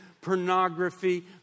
Pornography